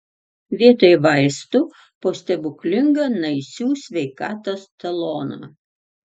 vietoj vaistų po stebuklingą naisių sveikatos taloną